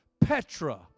Petra